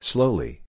Slowly